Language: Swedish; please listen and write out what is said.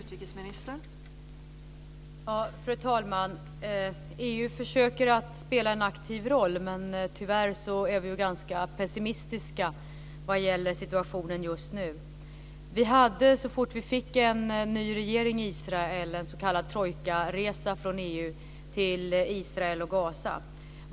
Fru talman! EU försöker spela en aktiv roll, men tyvärr är vi ganska pessimistiska vad gäller situationen just nu. Så fort Israel fick en ny regering gjorde vi en s.k. trojkaresa från EU till Israel och Gaza.